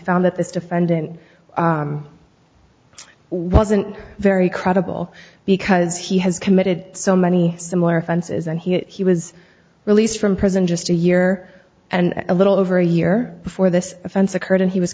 found that this defendant wasn't very credible because he has committed so many similar offenses and he was released from prison just a year and a little over a year before this offense occurred and he was